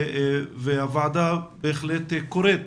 הוועדה קוראת